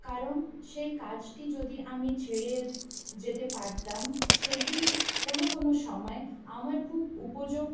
কারণ সেই কাজটি যদি আমি ছেড়ে যেতে পারতাম সেটি কোনো কোনো সময় আমার খুব উপযোগ